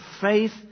faith